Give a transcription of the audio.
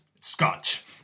Scotch